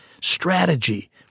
strategy